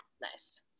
Nice